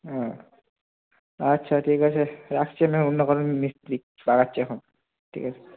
হ্যাঁ আচ্ছা ঠিক আছে রাখছি আমি অন্য কারোর মিস্ত্রি বাগাচ্ছি এখন ঠিক আছে